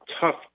tough